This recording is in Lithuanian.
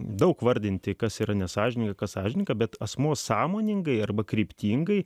daug vardinti kas yra nesąžininga kas sąžininga bet asmuo sąmoningai arba kryptingai